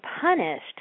punished